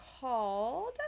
called